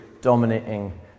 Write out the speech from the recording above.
dominating